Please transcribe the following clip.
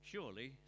Surely